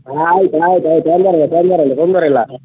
ಹಾಂ ಆಯ್ತು ಆಯ್ತು ಆಯ್ತು ತೊಂದರೆ ಇಲ್ಲ ತೊಂದರೆ ಇಲ್ಲ ತೊಂದರೆ ಇಲ್ಲ